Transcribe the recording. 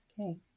Okay